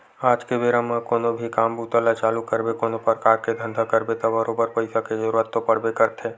आज के बेरा म कोनो भी काम बूता ल चालू करबे कोनो परकार के धंधा करबे त बरोबर पइसा के जरुरत तो पड़बे करथे